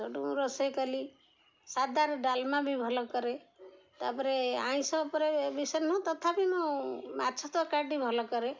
ସେଇଠୁ ମୁଁ ରୋଷେଇ କଲି ସାଧାରେ ଡାଲମା ବି ଭଲ କରେ ତା'ପରେ ଆମୀଷ ଉପରେ ବିଷୟ ନୁହଁ ତଥାପି ମୁଁ ମାଛ ତରକାରୀଟି ଭଲ କରେ